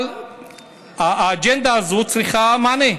אבל האג'נדה הזאת צריכה מענה.